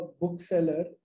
bookseller